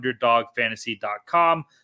underdogfantasy.com